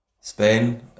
Spain